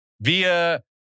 via